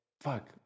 fuck